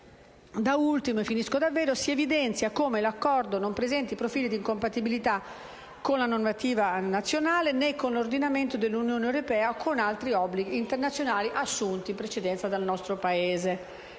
Da ultimo si evidenzia come l'accordo non presenti profili di incompatibilità con la normativa nazionale, né con l'ordinamento dell'Unione europea e con altri obblighi internazionali assunti dal nostro Paese.